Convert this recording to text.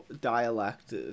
dialects